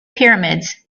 pyramids